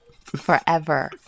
Forever